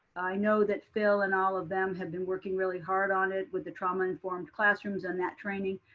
i know that phil and all of them have been working really hard on it with the trauma informed classrooms on that training.